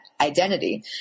identity